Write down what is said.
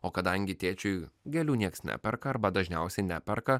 o kadangi tėčiui gėlių nieks neperka arba dažniausiai neperka